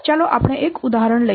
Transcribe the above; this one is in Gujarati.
ચાલો આપણે એક ઉદાહરણ લઈએ